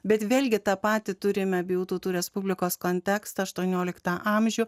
bet vėlgi tą patį turime abiejų tautų respublikos kontekstą aštuonioliktą amžių